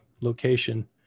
location